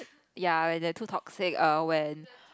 ya when they're too toxic err when